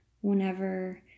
whenever